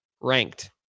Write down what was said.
ranked